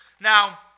Now